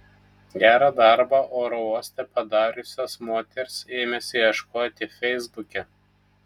gerą darbą oro uoste padariusios moters ėmėsi ieškoti feisbuke